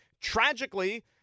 Tragically